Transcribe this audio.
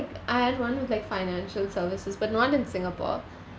I had one with like financial services but not in singapore